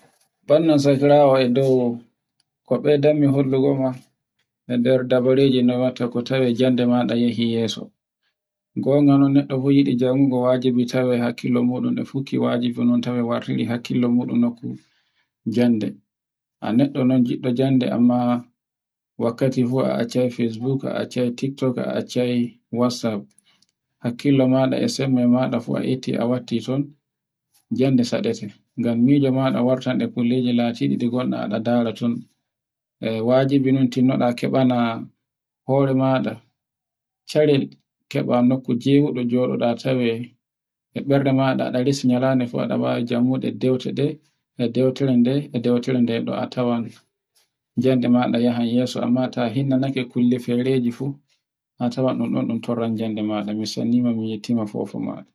Bandan sakiraawo e dow ko ɓeydanmi hollugo ma e nder dabareji no watta ko tawe jande maɗa yehi yeso, gonga non duwihi wadi tawai hakkilo de futti waji bano tawai wartiti hakkilo muɗum nokku jande. Neɗɗo non yidi jannde amma wakkati fuu a accai facebook, a accai tiktok, a accai whatsapp, hakkilo maɗa a sembe maɗa fu a itti a watti ton jande saɗe te. ngam mijo maɗa warte de kulleje latiɗi ɗi gonda ɗi ndara ton e wajibi non tinno da keɓana hore maɗa charei keɓe nokku gewudo joɗoɗa tawai e ɓernde maɗa e resini no ɗewtira nde, a tawan jande maɗa yahan yeso amma ta hinnanake kulle fereji fu a tawann ɗun ɗon ɗun toron jannde maɗa, mi sennima mi yetti ma fofoma